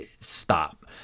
Stop